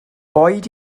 boed